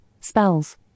spells